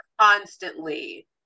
Constantly